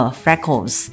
freckles